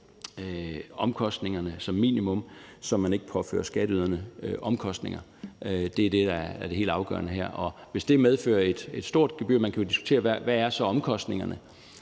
omkostningerne, som minimum, så man ikke påfører skatteyderne omkostninger. Det er det, der er det helt afgørende her. Man kan jo diskutere, hvad omkostningerne